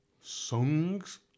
songs